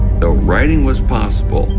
though writing was possible,